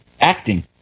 acting